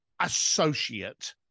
associate